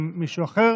עם מישהו אחר.